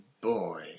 boy